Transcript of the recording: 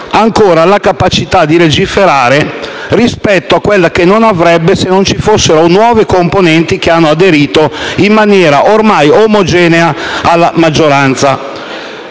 ancora quella capacità di legiferare che non avrebbe se non ci fossero nuove componenti che hanno aderito in maniera ormai omogenea alla maggioranza.